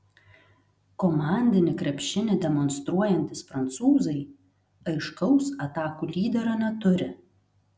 komandinį krepšinį demonstruojantys prancūzai aiškaus atakų lyderio neturi